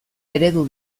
eredu